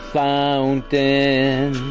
fountain